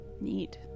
Neat